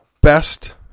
best